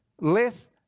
less